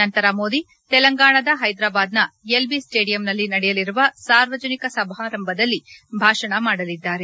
ನಂತರ ಮೋದಿ ತೆಲಂಗಾಣದ ಹೈದರಬಾದ್ನ ಎಲ್ಬಿ ಸ್ವೇಡಿಯಂನಲ್ಲಿ ನಡೆಯಲಿರುವ ಸಾರ್ವಜನಿಕ ಸಮಾರಂಭದಲ್ಲಿ ಭಾಷಣ ಮಾಡಲಿದ್ದಾರೆ